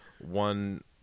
one